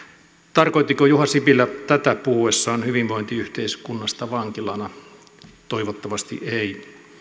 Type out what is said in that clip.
tarkoittiko juha sipilä tätä puhuessaan hyvinvointiyhteiskunnasta vankilana toivottavasti ei